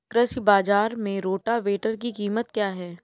कृषि बाजार में रोटावेटर की कीमत क्या है?